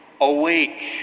Awake